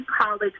college